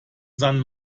san